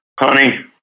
honey